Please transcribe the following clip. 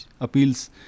appeals